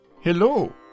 Hello